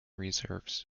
reserves